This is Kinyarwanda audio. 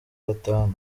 batanu